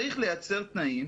מי מממן תוספת תקציבית לגנים?